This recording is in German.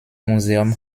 museum